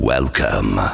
Welcome